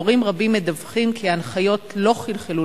מורים רבים מדווחים כי ההנחיות לא חלחלו